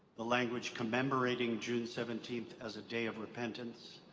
the language, commemorateing june seventeenth as a day of repentance.